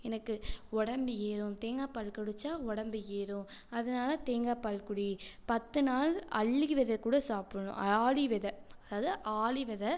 எனக்கு உடம்பு ஏறும் தேங்காய்ப்பால் குடிச்சால் உடம்பு ஏறும் அதனால் தேங்காய்ப்பால் குடி பத்து நாள் அல்லிக விதை கூட சாப்பிட்ணும் ஆளி வித அதாவது ஆளி வித